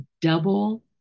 double